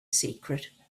secret